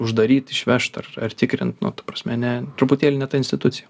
uždaryt išvežt ar ar tikrint nu ta prasme ne truputėlį ne ta institucija